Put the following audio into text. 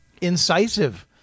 incisive